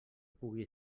pugui